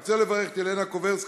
אני רוצה לברך את ילנה קוברסקי,